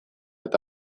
eta